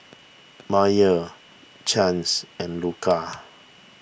Myah Chace and Luka